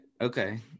okay